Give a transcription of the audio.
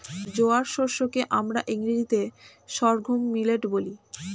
জোয়ার শস্য কে আমরা ইংরেজিতে সর্ঘুম মিলেট বলি